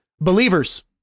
believers